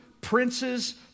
princes